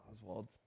Oswald